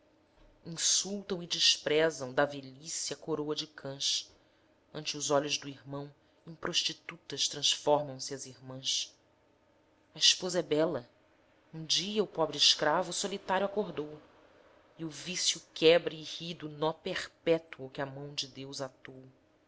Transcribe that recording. insultam e desprezam da velhice a coroa de cãs ante os olhos do irmão em prostitutas transformam se as irmãs a esposa é bela um dia o pobre escravo solitário acordou e o vício quebra e ri do nó perpétuo que a mão de deus atou